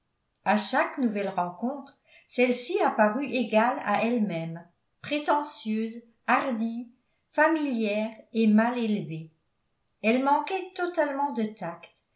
à chaque nouvelle rencontre celle-ci apparut égale à elle-même prétentieuse hardie familière et mal élevée elle manquait totalement de tact